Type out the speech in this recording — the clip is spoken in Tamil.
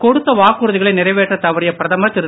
கொடுத்த வாக்குறுதிகளை நிறைவேற்றத் தவறிய பிரதமர் திரு